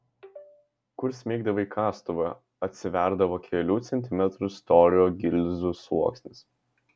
kur smeigdavai kastuvą atsiverdavo kelių centimetrų storio gilzių sluoksnis